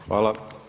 Hvala.